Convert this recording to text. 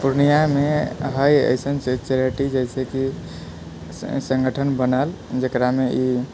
पूर्णियामे हैय अइसन चैरिटी जैसे कि सङ्गठन बनल जकरामे ई